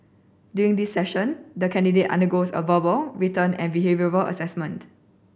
during this session the candidate undergoes a verbal written and behavioural assessment